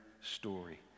story